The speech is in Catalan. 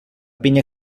pinya